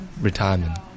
retirement